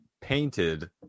painted